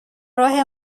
راه